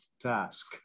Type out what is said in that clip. task